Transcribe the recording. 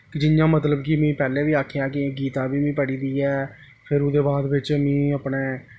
जियां में मतलब कि में पैह्लें बी आखेआ कि गीता बी में पढ़ी ही ऐ फिर ओह्दे बाद बिच्च में अपने